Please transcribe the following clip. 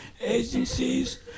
agencies